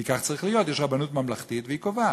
כי כך צריך להיות, יש רבנות ממלכתית והיא קובעת.